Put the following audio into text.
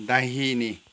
दाहिने